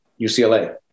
UCLA